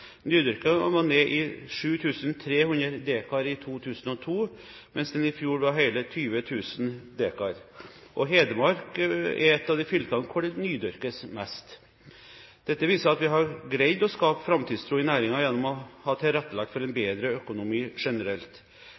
var nede i 7 300 dekar i 2002, mens den i fjor var hele 20 000 dekar. Hedmark er et av de fylkene hvor det nydyrkes mest. Dette viser at vi har greid å skape framtidstro i næringen gjennom å ha tilrettelagt for en bedre økonomi generelt.